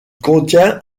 contient